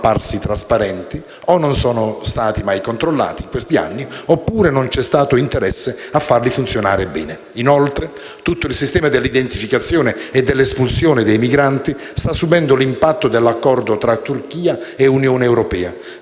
non sono apparsi trasparenti, o non sono stati mai controllati in questi anni oppure non c'è stato interesse a farli funzionare bene. Inoltre, tutto il sistema dell'identificazione e dell'espulsione dei migranti sta subendo l'impatto dell'accordo tra Turchia e Unione europea,